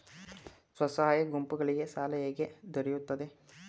ಸ್ವಸಹಾಯ ಗುಂಪುಗಳಿಗೆ ಸಾಲ ಹೇಗೆ ದೊರೆಯುತ್ತದೆ?